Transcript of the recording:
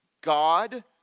God